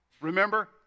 Remember